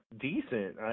decent